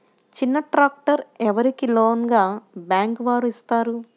చిన్న ట్రాక్టర్ ఎవరికి లోన్గా బ్యాంక్ వారు ఇస్తారు?